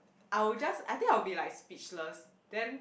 I will just I think I'll be like speechless then